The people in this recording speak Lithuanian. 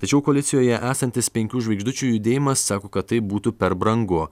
tačiau koalicijoje esantis penkių žvaigždučių judėjimas sako kad tai būtų per brangu